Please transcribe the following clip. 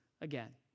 again